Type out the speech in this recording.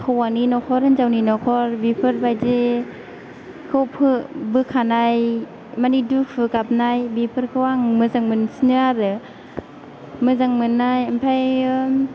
हौवानि नखर हिनजावनि नखर बेफोरबायदिखौ बोखानाय माने दुखु गाबनाय बेफोरखौ आं मोजां मोनसिनो आरो मोजां मोननाय ओमफ्रायो